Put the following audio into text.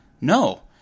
No